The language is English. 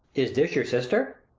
is this your sister?